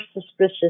suspicious